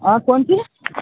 कौन सी